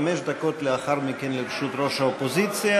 חמש דקות לאחר מכן לרשות ראש האופוזיציה,